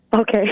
Okay